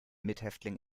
mithäftling